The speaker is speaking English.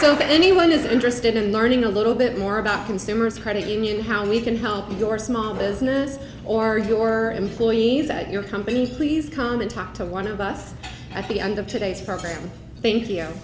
that anyone is interested in learning a little bit more about consumer's credit union how we can help your small business or your employees at your company please come and talk to one of us at the end of today's program think